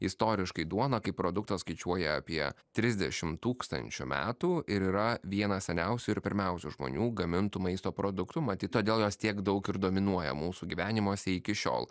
istoriškai duona kaip produktas skaičiuoja apie trisdešim tūkstančių metų ir yra vienas seniausių ir pirmiausių žmonių gamintų maisto produktų matyt todėl jos tiek daug ir dominuoja mūsų gyvenimuose iki šiol